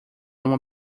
uma